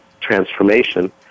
transformation